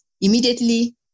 immediately